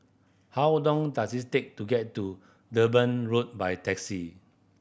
how long does it take to get to Durban Road by taxi